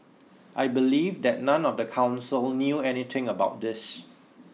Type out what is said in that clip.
I believe that none of the council knew anything about this